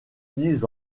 dix